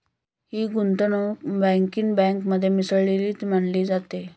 ही गुंतवणूक बँकिंग बँकेमध्ये मिसळलेली मानली जाते